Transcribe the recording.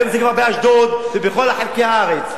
היום זה כבר גם באשדוד ובכל חלקי הארץ.